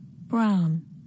Brown